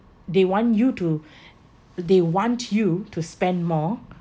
they want you to they want you to spend more